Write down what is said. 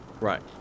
right